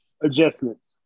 Adjustments